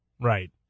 Right